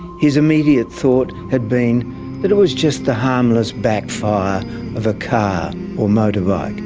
his immediate thought had been that it was just the harmless backfire of a car or motorbike.